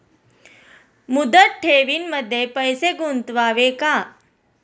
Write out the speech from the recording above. मुदत ठेवींमध्ये पैसे गुंतवावे का?